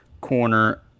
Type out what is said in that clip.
corner